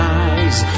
eyes